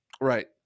Right